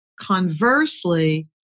conversely